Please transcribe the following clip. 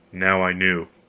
now i knew!